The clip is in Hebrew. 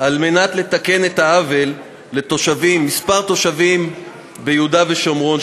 כדי לתקן את העוול שנעשה למספר תושבים ביהודה ושומרון.